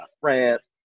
France